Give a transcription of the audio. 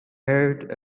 heard